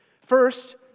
First